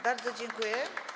Bardzo dziękuję.